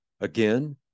Again